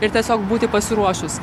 ir tiesiog būti pasiruošus